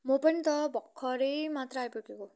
म पनि त भर्खरै मात्र आइपुगेको